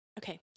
okay